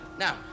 Now